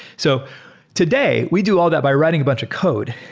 so today, we do all that by writing a bunch a code.